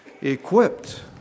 equipped